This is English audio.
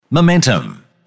Momentum